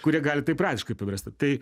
kurie gali tai praktiškai paverst tai